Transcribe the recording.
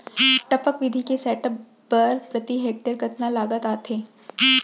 टपक विधि के सेटअप बर प्रति हेक्टेयर कतना लागत आथे?